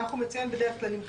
כך הוא מציין בדרך כלל: נמחק.